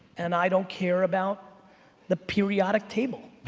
and i don't care about the periodic table.